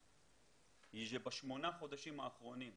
היא שבשמונת החודשים האחרונים לשירותם,